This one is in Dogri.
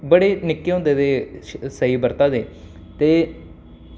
बड़े निक्के होंदे दे स्हेई बरता दे ते